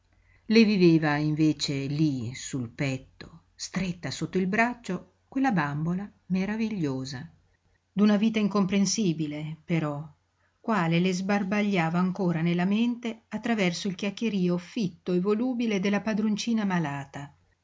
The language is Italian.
le viveva invece lí sul petto stretta sotto il braccio quella bambola meravigliosa d'una vita incomprensibile però quale le sbarbagliava ancora nella mente attraverso il chiacchierío fitto e volubile della padroncina malata